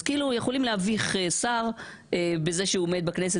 אז כאילו יכולים להביך שר בזה שהוא עומד בכנסת